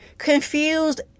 Confused